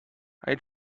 are